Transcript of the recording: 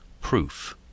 proof